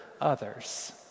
others